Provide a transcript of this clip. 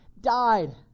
died